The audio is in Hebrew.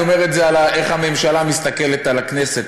אני אומר את זה על איך הממשלה מסתכלת על הכנסת,